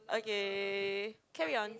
okay carry on